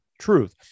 truth